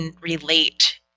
relate